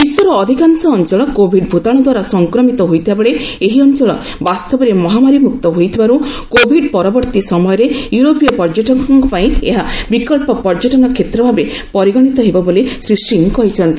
ବିଶ୍ୱର ଅଧିକାଂଶ ଅଞ୍ଚଳ କୋଭିଡ୍ ଭୂତାଣୁଦ୍ୱାରା ସଂକ୍ରମିତ ହୋଇଥିବାବେଳେ ଏହି ଅଞ୍ଚଳ ବାସ୍ତବରେ ମହାମାରୀମୁକ୍ତ ହୋଇଥିବାରୁ କୋଭିଡ୍ ପରବର୍ତ୍ତୀ ସମୟରେ ୟୁରୋପୀୟ ପର୍ଯ୍ୟଟକଙ୍କ ପାଇଁ ଏହା ବିକଳ୍ପ ପର୍ଯ୍ୟଟନ କ୍ଷେତ୍ର ଭାବେ ପରିଗଣିତ ହେବ ବୋଲି ଶ୍ରୀ ସିଂହ କହିଛନ୍ତି